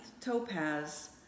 topaz